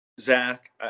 Zach